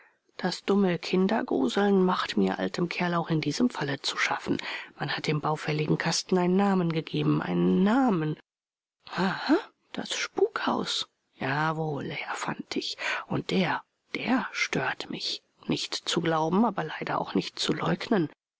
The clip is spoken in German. das dumme kindergruseln macht mir altem kerl auch in diesem falle zu schaffen man hat dem baufälligen kasten einen namen gegeben einen namen aha das spukhaus jawohl herr fantig und der der stört mich nicht zu glauben aber leider auch nicht zu leugnen